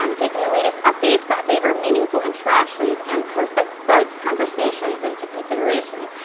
um taking the latest updates that favor meaningful interactions and posts that spark conversations into consideration.